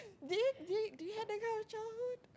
dear Zig did you have that kind of childhood